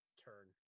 turn